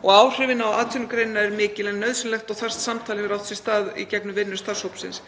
og áhrifin á atvinnugreinina eru mikil, en nauðsynlegt og þarft samtal hefur átt sér stað í gegnum vinnu starfshópsins.